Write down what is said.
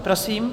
Prosím.